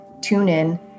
TuneIn